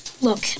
Look